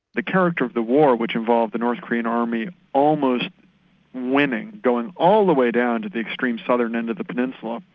the character of the war which involved the north korean army almost winning, going all the way down to the extreme southern end of the peninsula,